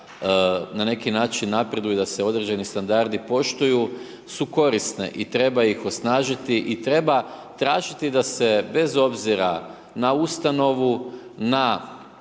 na neki način napreduje, da se određeni standardi poštuju su korisne i treba ih osnažiti i treba tražiti da se bez obzira na ustanovu, na